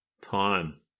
time